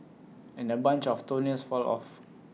and A bunch of toenails fall off